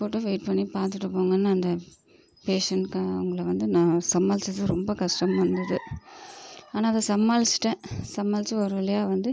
போட்டு வெயிட் பண்ணி பார்த்துட்டு போங்கன்னு அந்த பேஷண்ட் அவங்கள வந்து நான் சமாளித்தது ரொம்ப கஷ்டமாக இருந்தது ஆனால் அதை சமாளித்திட்டேன் சமாளித்து ஒரு வழியாக வந்து